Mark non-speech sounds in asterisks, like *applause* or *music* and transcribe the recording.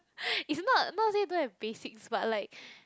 *breath* is not not say don't have basics but like